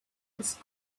was